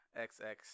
XX